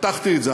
פתחתי את זה,